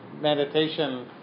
meditation